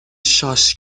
شاش